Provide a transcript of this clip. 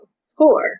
score